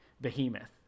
behemoth